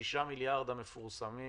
ה-6 מיליארד המפורסמים